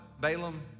Balaam